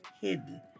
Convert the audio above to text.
hidden